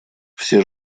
все